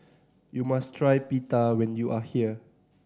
you must try Pita when you are here